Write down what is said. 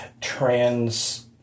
Trans